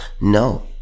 No